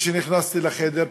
כשנכנסתי לחדר,